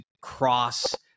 cross